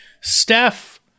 Steph